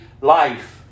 life